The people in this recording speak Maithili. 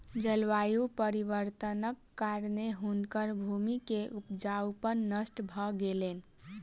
जलवायु परिवर्तनक कारणेँ हुनकर भूमि के उपजाऊपन नष्ट भ गेलैन